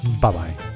Bye-bye